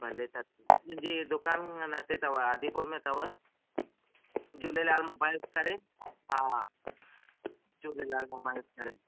भले त जे दुकान इन ते अथव आदिपुर में अथव झूलेलाल मोबाइल्स करे हा झूलेलाल मोबाइल्स करे